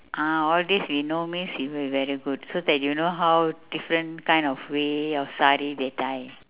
ah all these we know means you'll be very good so that you know how different kind of way of sari they tie